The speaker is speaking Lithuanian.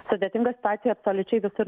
sudėtinga situacija absoliučiai visur